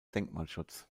denkmalschutz